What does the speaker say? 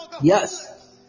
Yes